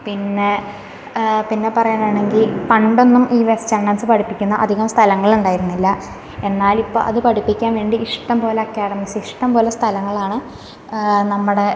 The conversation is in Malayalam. പിന്നെ പിന്നെ പറയാനാണെങ്കിൽ പണ്ടൊന്നും ഈ വെസ്റ്റേൺ ഡാൻസ് പഠിപ്പിക്കുന്ന അധികം സ്ഥലങ്ങളുണ്ടായിരുന്നില്ല എന്നാൽ ഇപ്പം അത് പഠിപ്പിക്കാൻ വേണ്ടി ഇഷ്ടംപോലെ അക്കാഡമിക്സ് ഇഷ്ടംപോലെ സ്ഥലങ്ങളാണ് നമ്മുടെ